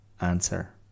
answer